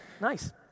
Nice